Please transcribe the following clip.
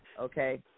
okay